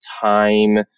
time